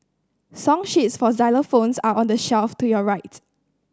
song sheets for xylophones are on the shelf to your right